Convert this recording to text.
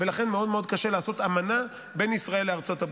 ולכן מאוד מאוד קשה לעשות אמנה בין ישראל לארצות הברית.